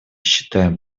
считаем